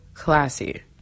Classy